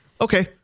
Okay